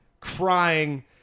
crying